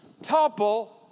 Topple